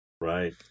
right